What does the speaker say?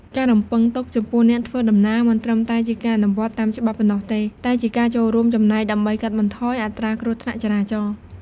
ការរំពឹងទុកចំពោះអ្នកធ្វើដំណើរមិនត្រឹមតែជាការអនុវត្តតាមច្បាប់ប៉ុណ្ណោះទេ តែជាការចូលរួមចំណែកដើម្បីកាត់បន្ថយអត្រាគ្រោះថ្នាក់ចរាចរណ៍។